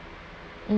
um